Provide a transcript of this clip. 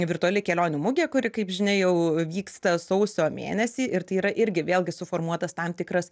virtuali kelionių mugė kuri kaip žinia jau vyksta sausio mėnesį ir tai yra irgi vėlgi suformuotas tam tikras